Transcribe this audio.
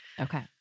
Okay